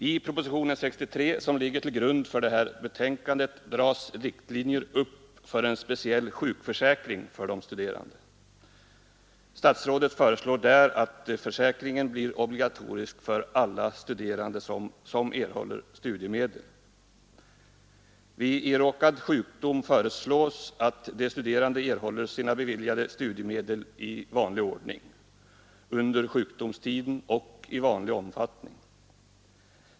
I propositionen 63, som ligger till grund för betänkandet, dras riktlinjer upp för en speciell sjukförsäkring för de studerande. Statsrådet föreslår där att försäkringen blir obligatorisk för alla studerande som erhåller studiemedel. Vid iråkad sjukdom föreslås de studerande erhålla sina beviljade studiemedel i vanlig ordning och i vanlig omfattning under sjukdomstiden.